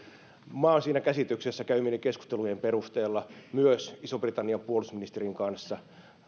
olen siinä käsityksessä käymieni keskustelujen perusteella myös ison britannian puolustusministerin kanssa